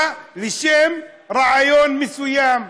בא בשם רעיון מסוים,